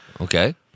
Okay